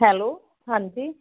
hello ਹਾਂਜੀ